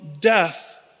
death